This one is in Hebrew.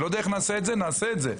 אני לא יודע איך נעשה את זה, נעשה את זה.